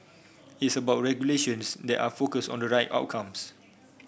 it's about regulations that are focus on the right outcomes